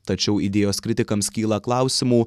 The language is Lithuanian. tačiau idėjos kritikams kyla klausimų